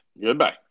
Goodbye